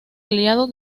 aliado